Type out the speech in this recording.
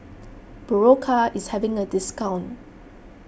Berocca is having a discount